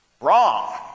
Wrong